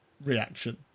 reaction